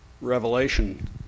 revelation